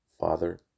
Father